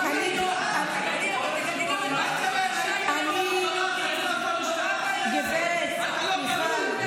נורא ואיום, נורא ואיום, אין לי קול.